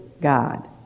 God